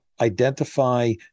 identify